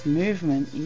movement